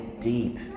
deep